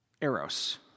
eros